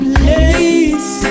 place